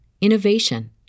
innovation